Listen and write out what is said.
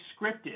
scripted